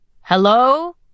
Hello